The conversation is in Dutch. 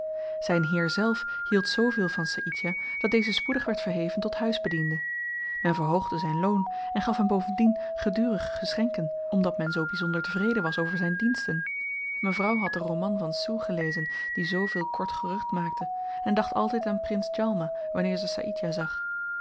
zyn heer zelf hield zooveel van saïdjah dat deze spoedig werd verheven tot huisbediende men verhoogde zyn loon en gaf hem bovendien gedurig geschenken omdat men zoo byzonder tevreden was over zyn diensten mevrouw had den roman van sue gelezen die zooveel kort gerucht maakte en dacht altyd aan prins djalma wanneer ze saïdjah zag